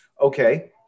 okay